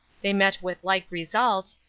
they met with like results,